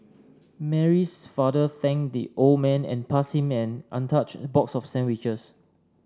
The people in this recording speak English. Mary's father thanked the old man and passed him an untouched box of sandwiches